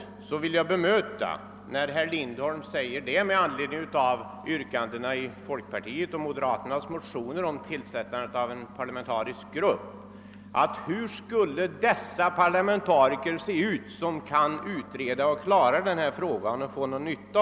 Däremot vill jag bemöta herr Lindholm när han med anledning av yrkandena i folkpartiets och moderata samlingspartiets motioner om tillsättandet av en parlamentarisk grupp frågar, hur dessa parlamentariker skulle vara utrustade för att kunna utreda den här frågan.